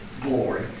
glory